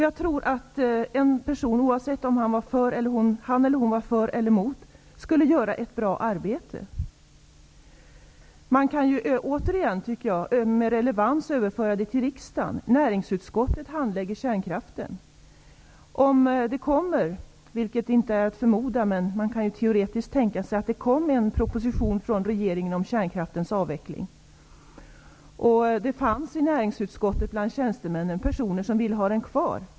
Jag tror att en person, oavsett om han eller hon är för eller emot, skulle göra ett bra arbete. Man kan med relevans överföra detta till riksdagen. Näringsutskottet handlägger frågor om kärnkraften. Man kan som exempel tänka sig att regeringen överlämnade en proposition till riksdagen om kärnkraftens avveckling -- vilket inte är att förmoda, men man kan teoretiskt tänka sig det -- och att det i näringsutskottet bland tjänstemännen finns personer som vill ha den kvar.